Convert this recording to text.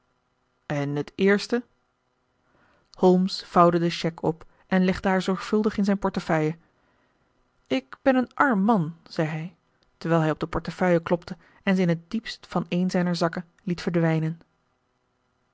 en het eerste holmes vouwde de chèque op en legde haar zorgvuldig in zijn portefeuille ik ben een arm man zei hij terwijl hij op de portefeuille klopte en ze in het diepst van een zijner zakken liet verdwijnen